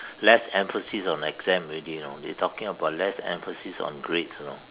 less emphasis on exam already you know they talking about less emphasis on grades you know